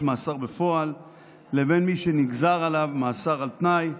מאסר בפועל לבין מי שנגזר עליו מאסר על תנאי,